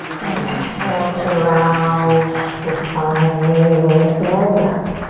and exhale to round the spine, navel draws up.